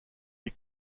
est